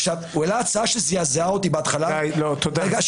הוא העלה הצעה שזעזעה אותי בתחילה.